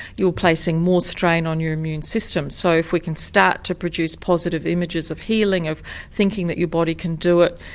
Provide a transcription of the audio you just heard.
placing more strain on your immune system. so if we can start to produce positive images of healing, of thinking that your body can do it,